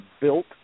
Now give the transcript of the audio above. built